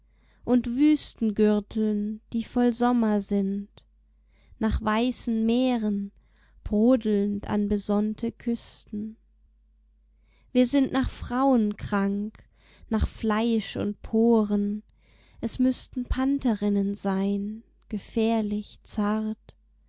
und wüstengürteln die voll sommer sind nach weißen meeren brodelnd an besonnte küsten wir sind nach frauen krank nach fleisch und poren es müßten pantherinnen sein gefährlich zart